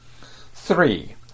Three